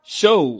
show